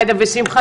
ג'ידא ושמחה,